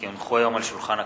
כי הונחו היום על שולחן הכנסת,